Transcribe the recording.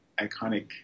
iconic